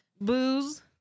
booze